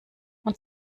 und